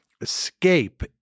escape